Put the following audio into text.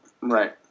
Right